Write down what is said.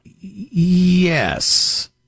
Yes